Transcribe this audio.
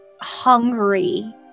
hungry